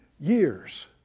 years